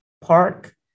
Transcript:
park